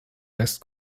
west